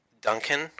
Duncan